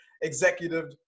executive